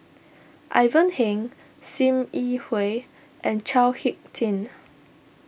Ivan Heng Sim Yi Hui and Chao Hick Tin